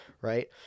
right